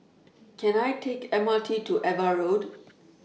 Can I Take The M R T to AVA Road